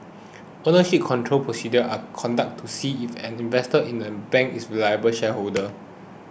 ownership control procedures are conducted to see if an investor in a bank is a reliable shareholder